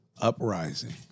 uprising